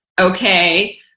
okay